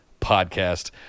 Podcast